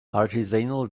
artisanal